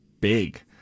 big